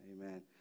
amen